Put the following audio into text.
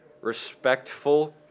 respectful